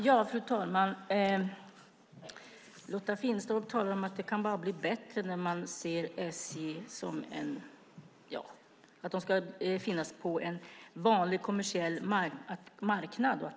Fru talman! Lotta Finstorp talar om att det bara kan bli bättre och att SJ ska finnas på en vanlig kommersiell marknad.